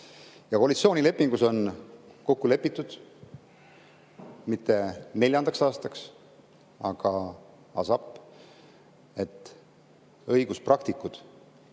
Koalitsioonilepingus on kokku lepitud mitte neljandaks aastaks, vaidasap, et õiguspraktikud